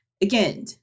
Again